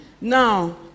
Now